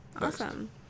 Awesome